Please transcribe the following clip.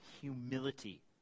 humility